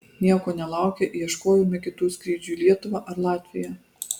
nieko nelaukę ieškojome kitų skrydžių į lietuvą ar latviją